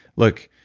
look.